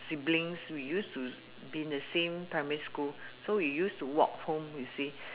siblings we used to be in the same primary school so we used to walk home you see